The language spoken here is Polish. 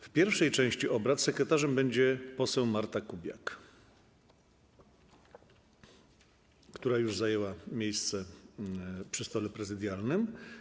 W pierwszej części obrad sekretarzem będzie poseł Marta Kubiak, która już zajęła miejsce przy stole prezydialnym.